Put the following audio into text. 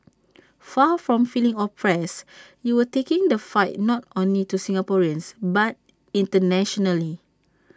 far from feeling oppressed you were taking the fight not only to Singaporeans but internationally